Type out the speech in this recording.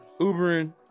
Ubering